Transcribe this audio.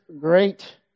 great